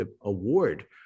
award